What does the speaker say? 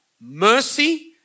mercy